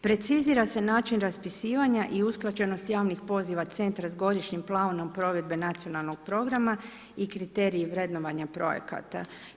Precizira se način raspisivanja i usklađenost javnih poziva centra s godišnjim planom provedbe nacionalnog programa i kriteriji vrednovanja projekata.